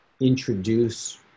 introduce